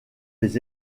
des